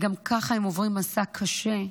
וגם כך הם עוברים מסע קשה.